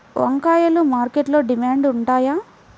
వంకాయలు మార్కెట్లో డిమాండ్ ఉంటాయా?